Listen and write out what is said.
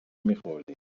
میخوردیم